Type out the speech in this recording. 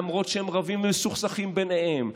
למרות שהם רבים ומסוכסכים ביניהם.